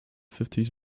fifties